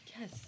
Yes